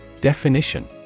Definition